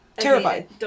terrified